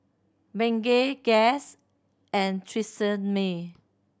Bengay Guess and Tresemme